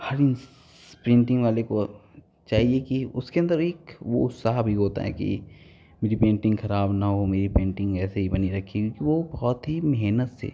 हर इस पेन्टिंग वाले को चाहिए कि उसके अंदर एक वो उत्साह भी होता है कि मेरी पेन्टिंग खराब न हो मेरी पेन्टिंग ऐसे ही बनी रखी रहे कि वो बहुत ही मेहनत से